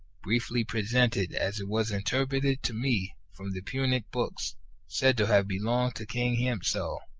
briefly present it as it was interpreted to me from the punic books said to have belonged to king hiempsal,